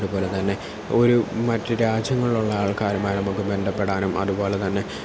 അതുപോലെത്തന്നെ ഒരു മറ്റു രാജ്യങ്ങളിലുള്ള ആൾക്കാരുമായി നമുക്ക് ബന്ധപ്പെടാനും അതുപോലെത്തന്നെ